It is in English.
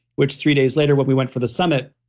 which three days later, when we went for the summit,